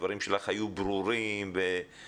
הדברים שלך היו ברורים וחדים.